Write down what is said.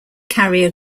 carrier